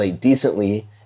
decently